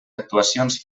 actuacions